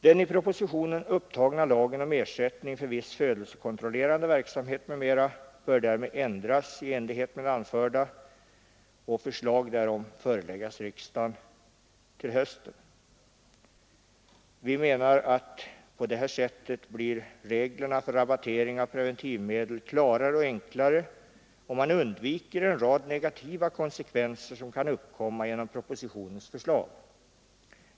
Den i propositionen upptagna lagen om ersättning för viss födelsekontrollerande verksamhet m.m. bör ändras i enlighet med det anförda och förslag därom föreläggas riksdagen till hösten. Vi menar att på det sättet blir reglerna för rabattering av preventivmedel klarare och enklare, och man undviker en rad negativa konsekvenser som kan uppkomma om propositionens förslag genomförs.